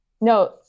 No